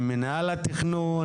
עם מינהל התכנון,